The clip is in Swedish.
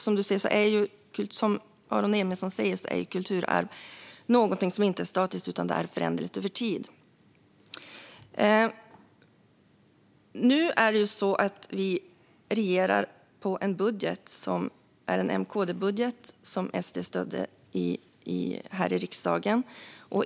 Som Aron Emilsson säger är kulturarv någonting som inte är statiskt utan föränderligt över tid. Nu regerar vi på en M-KD-budget som SD stödde i riksdagen.